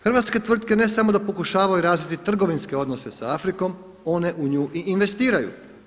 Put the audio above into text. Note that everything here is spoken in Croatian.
Hrvatske tvrtke ne samo da pokušavaju razviti trgovinske odnose sa Afrikom, one u nju i investiraju.